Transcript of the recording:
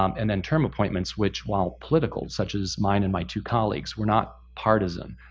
um and then term appoints, which while political, such as mine and my two colleagues, we're not partisan.